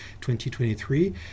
2023